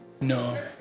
No